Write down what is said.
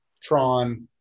Tron